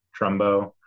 Trumbo